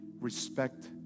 respect